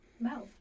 mouth